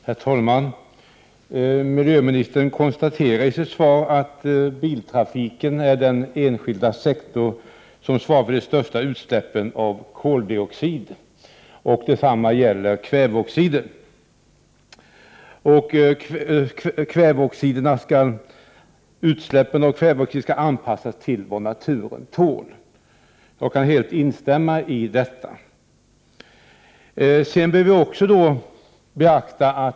Herr talman! Miljöministern konstaterar i sitt svar att biltrafiken är den enskilda sektor som svarar för de största utsläppen av koldioxid. Detsamma gäller kväveoxiderna. Utsläppen av kväveoxider skall anpassas till vad naturen tål. Jag kan helt instämma i detta. Vidare skall följande beaktas.